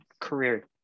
career